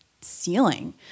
ceiling